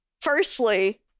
Firstly